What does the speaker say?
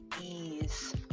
ease